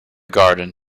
garden